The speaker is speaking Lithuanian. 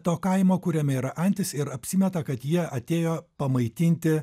to kaimo kuriame yra antys ir apsimeta kad jie atėjo pamaitinti